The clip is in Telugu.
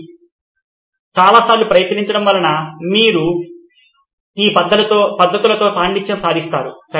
ఇది చాలాసార్లు ప్రయత్నించడం వలన మీరు ఈ పద్ధతులతో పాండిత్యం సాధిస్తారు